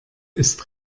ist